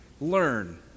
learn